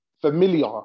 familiar